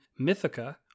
Mythica